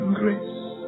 grace